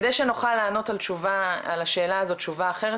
כדי שנוכל לענות על השאלה הזאת תשובה אחרת,